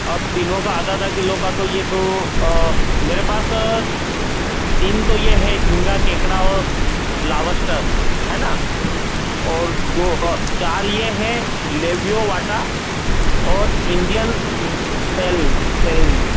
अब तीनों का आधा आधा किलो का ये तो मेरे पास तीन तो ये है झींगा केकड़ा और लावस्टर हैं न और दो चार ये है लेबियोवाटा और इंडियन सेल सेल